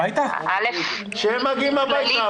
שהם מגיעים הביתה?